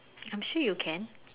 I'm sure you can